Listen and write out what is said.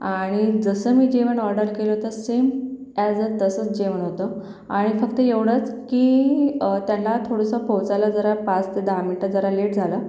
आणि जसं मी जेवण ऑर्डर केलं तर सेम अॅज अ तसंच जेवण होतं आणि फक्त येवढंच की त्यांना थोडूसं पोचायला जरा पाच ते दहा मिनिटं जरा लेट झाला